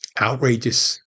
outrageous